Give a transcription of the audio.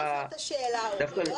לא, לא זאת השאלה, אורי.